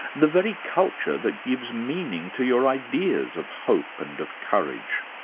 the very culture that gives meaning to your ideas of hope and of courage.